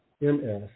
Ms